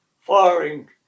firing